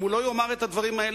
אם הוא לא יאמר את הדברים האלה,